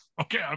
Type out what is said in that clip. Okay